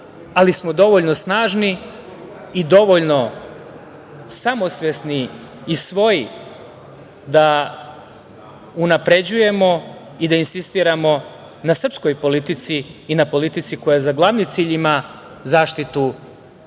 ali smo dovoljno snažni i dovoljno samosvesni i svoji da unapređujemo i da insistiramo na srpskoj politici i na politici koja za glavni cilj ima zaštitu